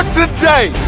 today